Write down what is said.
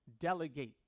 delegate